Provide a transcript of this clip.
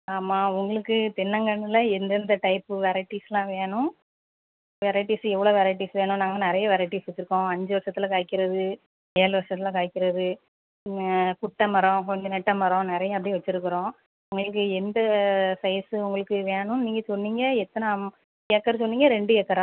ஆமாம் உங்களுக்கு தென்னங்கன்றுல எந்தெந்த டைப்பு வெரைட்டிஸ் எல்லாம் வேணும் வெரைட்டிஸ் எவ்வளோ வெரைட்டிஸ் வேணும் நாங்கள் நிறைய வெரைட்டிஸ் வச்சுருக்கோம் அஞ்சு வர்ஷத்தில் காய்க்கிறது ஏழு வர்ஷத்தில் காய்க்கிறது குட்டை மரம் கொஞ்சம் நெட்டை மரம் நிறைய அப்படி வச்சுருக்குறோம் உங்களுக்கு எந்த சைஸ்ஸு உங்களுக்கு வேணும் நீங்கள் சொன்னிங்க எத்தனை அம் ஏக்கர் சொன்னிங்க ரெண்டு ஏக்கரா